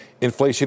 inflation